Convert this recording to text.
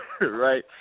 right